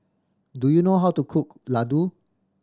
do you know how to cook laddu